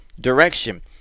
direction